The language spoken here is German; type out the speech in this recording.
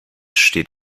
steht